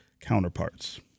counterparts